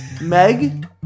Meg